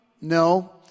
No